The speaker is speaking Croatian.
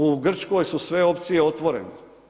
U Grčkoj su sve opcije otvorene.